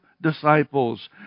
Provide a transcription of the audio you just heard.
disciples